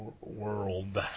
World